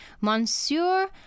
Monsieur